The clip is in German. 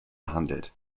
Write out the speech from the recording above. handelt